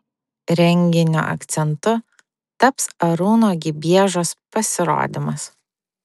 renginio akcentu taps arūno gibiežos pasirodymas